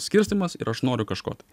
skirstymas ir aš noriu kažko tai